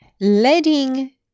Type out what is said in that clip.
letting